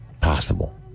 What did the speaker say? possible